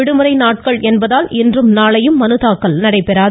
விடுமுறை நாட்கள் என்பதால் இன்றும் நாளையும் மனுதாக்கல் நடைபெறாது